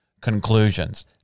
conclusions